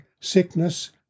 sickness